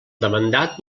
demandat